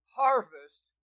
harvest